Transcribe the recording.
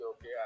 okay